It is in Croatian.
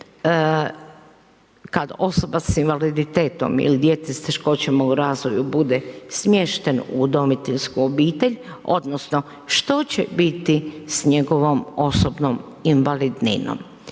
kad osoba s invaliditetom ili djeca sa teškoćama u razvoju bude smješten u udomiteljsku obitelj, odnosno što će biti s njegovom osobnom invalidninom?